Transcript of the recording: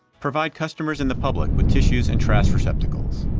provide customers in the public with tissues and trash receptacles.